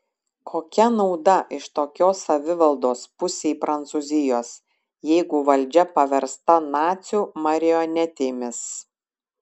kokia nauda iš tokios savivaldos pusei prancūzijos jeigu valdžia paversta nacių marionetėmis